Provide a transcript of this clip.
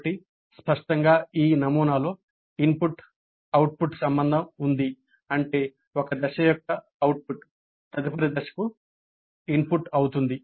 కాబట్టి స్పష్టంగా ఈ నమూనాలో ఇన్పుట్ అవుట్పుట్ సంబంధం ఉంది అంటే ఒక దశ యొక్క అవుట్పుట్ తదుపరి దశకు ఇన్పుట్ అవుతుంది